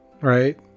Right